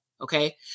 okay